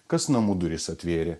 kas namų duris atvėrė